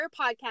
podcast